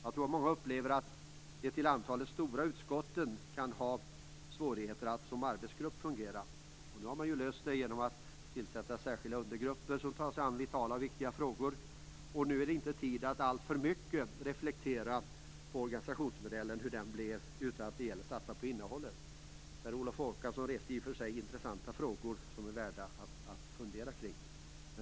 Jag tror att många upplever att de, sett till antalet ledamöter, stora utskotten kan ha svårigheter att fungera som arbetsgrupp. Det har man löst genom att tillsätta särskilda undergrupper som tar sig an vitala och viktiga frågor. Nu är det inte tid för att alltför mycket reflektera över organisationsmodellen. I stället gäller det att satsa på innehållet. Per Olof Håkansson reste i och för sig intressanta frågor som det kan vara värt att fundera kring.